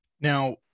now